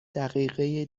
دقیقه